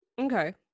okay